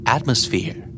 Atmosphere